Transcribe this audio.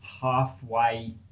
halfway